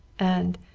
and,